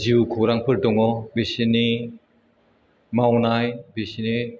जिउ खौरांफोर दङ बिसिनि मावनाय बिसिनि